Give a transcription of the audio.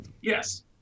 Yes